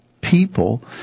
people